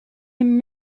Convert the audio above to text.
him